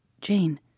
Jane